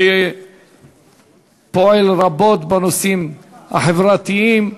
שפועל רבות בנושאים החברתיים.